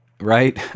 right